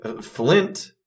Flint